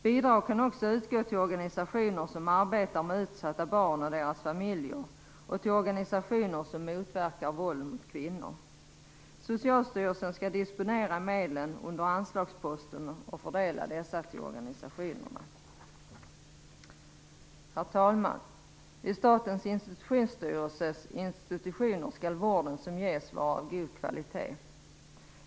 Bidrag kan också utgå till organisationer som arbetar med utsatta barn och deras familjer och till organisationer som motverkar våld mot kvinnor. Socialstyrelsen skall disponera medlen under anslagsposten och fördela dessa till organisationerna. Herr talman! Vid statens institutionsstyrelses institutioner skall vården som ges vara av god kvalitet.